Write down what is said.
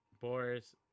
Boris